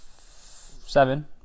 seven